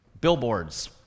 billboards